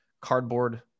cardboard